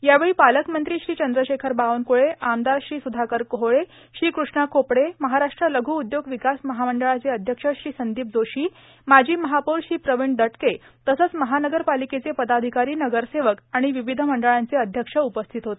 यावेळी पालकमंत्री श्री चंद्रशेखर बावनकुळे आमदार श्री सुधाकर कोहळे श्री कृष्णा खोपडे महाराष्ट्र लघ् उद्योग र्वकास महामंडळाचे अध्यक्ष श्री संदोप जोशी माजी महापौर श्री प्रवीण दटके तसंच महानगरपार्ालकेचे पर्दाधकारो नगरसेवक आर्ाण र्वावध मंडळांचे अध्यक्ष उपस्थित होते